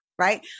right